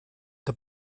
the